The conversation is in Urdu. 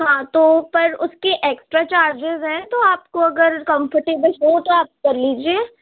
ہاں تو پر اس کے ایکسٹرا چارجیز ہیں تو آپ کو اگر کمفرٹیبل ہو تو آپ کر لیجیے